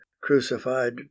crucified